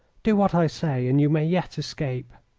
do what i say and you may yet escape.